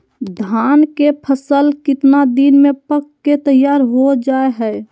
धान के फसल कितना दिन में पक के तैयार हो जा हाय?